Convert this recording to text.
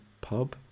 pub